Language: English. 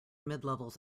midlevels